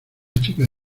chica